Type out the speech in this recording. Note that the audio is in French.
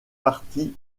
parti